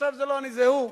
עכשיו זה לא אני, זה הוא.